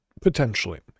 potentially